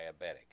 diabetic